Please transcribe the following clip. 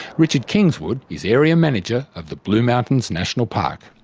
richard kingswood is area manager of the blue mountains national park.